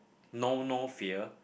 know no fear